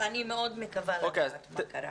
אני מאוד מקווה לדעת מה קרה.